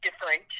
different